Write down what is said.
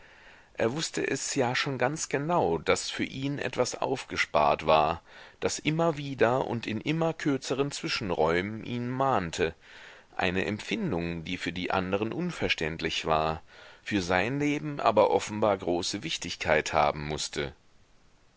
er wußte es ja schon ganz genau daß für ihn etwas aufgespart war das immer wieder und in immer kürzeren zwischenräumen ihn mahnte eine empfindung die für die anderen unverständlich war für sein leben aber offenbar große wichtigkeit haben mußte